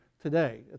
today